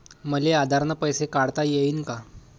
मले आधार न पैसे काढता येईन का?